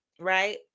right